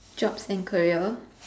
jobs and career